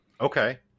Okay